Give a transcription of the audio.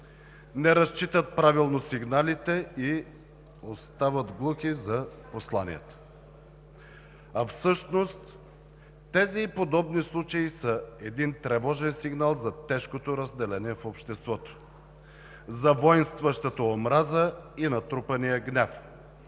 не разчитат правилно сигналите и остават глухи за посланията. А всъщност тези и подобни случаи са тревожен сигнал за тежкото разделение в обществото, за войнстващата омраза и натрупания гняв,